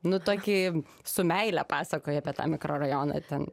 nutuoki su meile pasakoji apie tą mikrorajoną ten